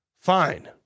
fine